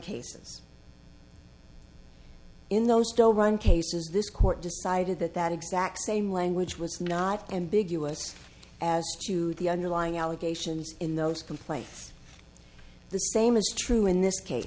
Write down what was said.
cases in those doe run cases this court decided that that exact same language was not ambiguous as to the underlying allegations in those complaints the same is true in this case